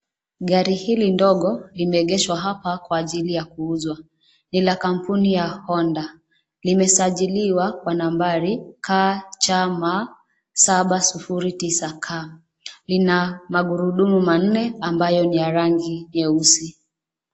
Gari hili ndogo limeegeshwa hapa kwa ajili ya kuuzwa. Ni la kampuni ya Honda. Limesajiwa kwa nambari KCM 709K. Lina magurudumu manne ambayo ni ya rangi nyeusi.